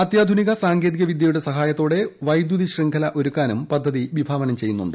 അത്യാധുനിക സ്സാങ്കേതിക വിദ്യയുടെ സഹായത്തോടെ വൈദ്യുതി ശൃംഖല ഒരുക്കാനും പദ്ധതി വിഭാവനം ചെയ്യുന്നുണ്ട്